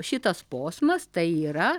šitas posmas tai yra